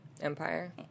Empire